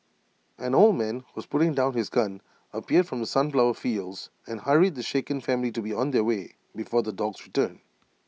an old man who was putting down his gun appeared from the sunflower fields and hurried the shaken family to be on their way before the dogs return